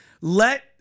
let